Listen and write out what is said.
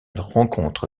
rencontre